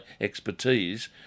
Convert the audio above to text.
expertise